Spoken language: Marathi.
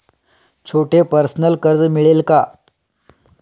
छोटे पर्सनल कर्ज मिळेल का?